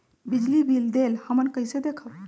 बिजली बिल देल हमन कईसे देखब?